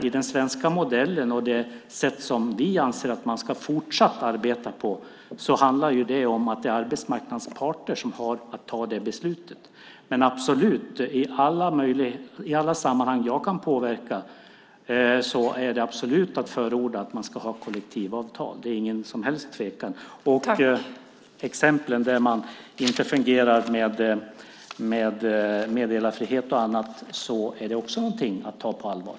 I den svenska modellen, och det sätt som vi anser att man fortsatt ska arbeta på, handlar det om att det är arbetsmarknadens parter som har att fatta det beslutet. I alla sammanhang som jag kan påverka är det absolut att förorda att man ska ha kollektivavtal. Det råder det ingen som helst tvekan om. Vad gäller exemplen med att det inte fungerar med meddelarfrihet och annat är också det någonting att ta på allvar.